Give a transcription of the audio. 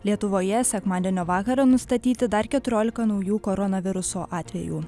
lietuvoje sekmadienio vakarą nustatyti dar keturiolika naujų koronaviruso atvejų